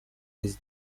his